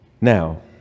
Now